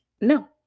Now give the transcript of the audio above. no